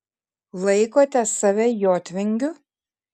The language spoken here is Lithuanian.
laikote save jotvingiu